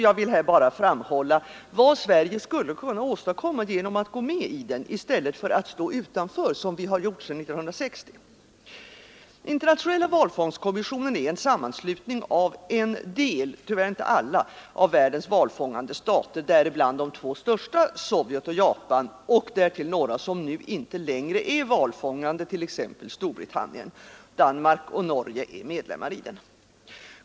Jag vill här bara framhålla vad Sverige skulle kunna åstadkomma genom att gå med i den i stället för att stå utanför som vi har gjort sedan 1960. Internationella valfångstkommissionen är en sammanslutning av en del, tyvärr inte alla, av världens valfångande stater, däribland de två största, Sovjet och Japan. Därtill kommer några som nu inte längre är valfångande, t.ex. Storbritannien. Danmark och Norge är medlemmar.